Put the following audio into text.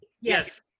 Yes